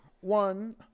one